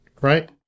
right